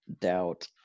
doubt